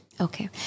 Okay